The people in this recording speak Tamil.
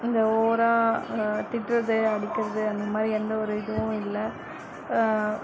இந்த ஓவராக திட்டுவது அடிக்கிறது அந்தமாதிரி எந்த ஒரு இதுவும் இல்லை